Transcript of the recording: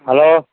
hello